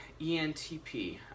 ENTP